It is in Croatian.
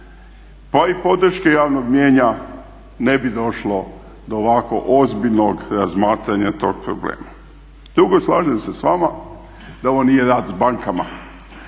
pa i podrške javnog mnijenja ne bi došlo do ovako ozbiljnog razmatranja tog problema. Drugo, slažem se s vama da ovo nije rat s bankama